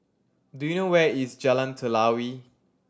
do you know where is Jalan Telawi